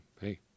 hey